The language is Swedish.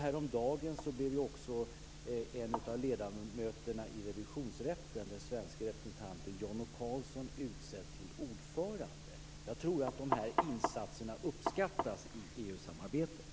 Häromdagen blev också en av ledamöterna i revisionsrätten, den svenske representanten Jan O Karlsson, utsedd till ordförande. Jag tror att dessa insatser uppskattas i EU-samarbetet.